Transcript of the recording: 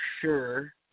sure